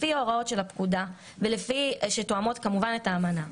לפי הוראות הפקודה שכמובן תואמות את האמנה,